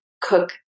cook